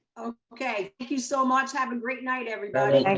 okay, thank you so much. have a great night, everybody. like